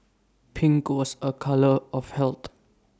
pink was A colour of health